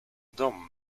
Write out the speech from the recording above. dom